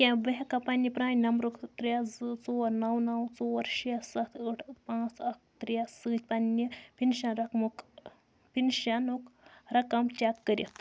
کیٛاہ بہٕ ہٮ۪کا پنٛنہِ پرانہِ نمبرُک ترٛےٚ زٕ ژور نَو نَو ژور شےٚ سَتھ ٲٹھ پانٛژھ اَکھ ترٛےٚ سۭتۍ پنٛنہِ پِنشن رَقمُک پِنشنُک رقم چیک کٔرِتھ؟